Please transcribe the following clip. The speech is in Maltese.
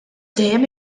dejjem